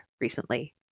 recently